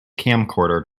camcorder